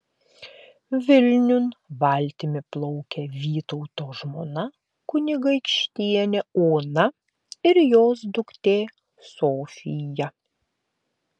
vilniun valtimi plaukia vytauto žmona kunigaikštienė ona ir jos duktė sofija